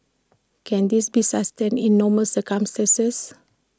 can this be sustained in normal circumstances